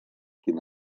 quin